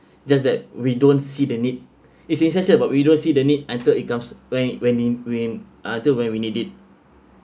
just that we don't see the need is essential about we don't see the need until it comes when in when in when uh until when we need it